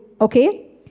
Okay